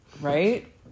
right